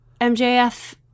MJF